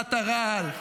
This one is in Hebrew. במכונת הרעל.